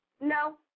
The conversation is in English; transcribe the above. no